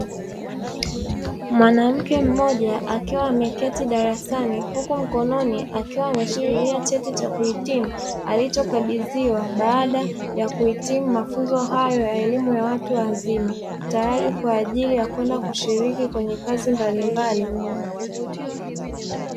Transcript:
Mwanamke mmoja akiwa ameketi darasani huku mkononi akiwa ameshikilia cheti cha kuhitimu, alichokabidhiwa baada ya kuhitimu mafunzo hayo ya elimu ya watu wazima, tayari kwa ajili ya kwenda kushiriki kwenye kazi mbalimbali.